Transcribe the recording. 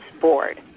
Board